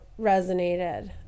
resonated